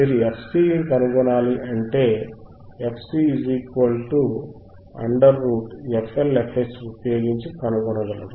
మీరు fC ని కనుగొనాలి అంటే fC√fLfH ఉపయోగించి కనుగొనగలరు